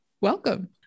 Welcome